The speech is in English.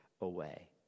away